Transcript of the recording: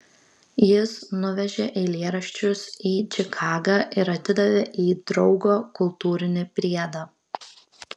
jis nuvežė eilėraščius į čikagą ir atidavė į draugo kultūrinį priedą